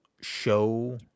show